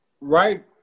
right –